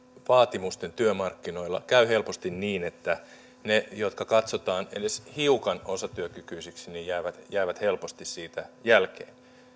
vaatimusten työmarkkinoilla käy helposti niin että ne jotka katsotaan edes hiukan osatyökykyisiksi jäävät jäävät helposti siitä jälkeen